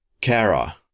Kara